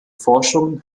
forschungen